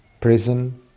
prison